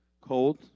cold